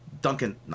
Duncan